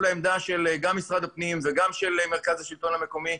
לעמדת משרד הפנים והשלטון המקומי,